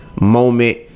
moment